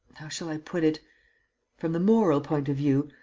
how shall i put it from the moral point of view,